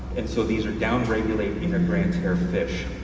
and so these are down regulated inner grande terre fish.